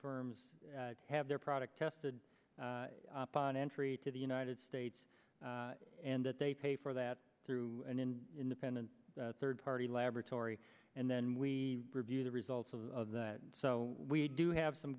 for have their product tested on entry to the united states and that they pay for that through an in independent third party laboratory and then we review the results of that so we do have some